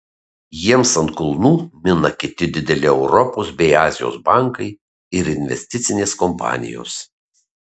jiems ant kulnų mina kiti dideli europos bei azijos bankai ir investicinės kompanijos